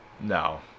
No